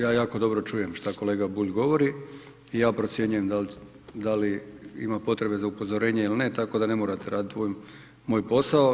Ja jako dobro čujem šta kolega Bulj govori i ja procjenjuje da li ima potrebe za upozorenje ili ne, tako da ne morate raditi moj posao.